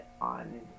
on